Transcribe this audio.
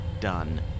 done